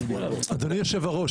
אדוני היושב ראש,